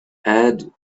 add